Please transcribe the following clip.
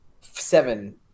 seven